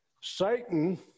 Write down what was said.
Satan